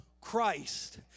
Christ